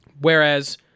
Whereas